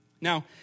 Now